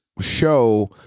show